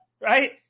Right